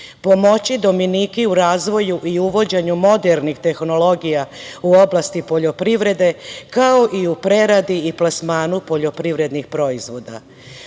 pomoći Dominiki u razvoju i uvođenju modernih tehnologija u oblasti poljoprivrede, kao i u preradi i plasmanu poljoprivrednih proizvoda. Unaprediće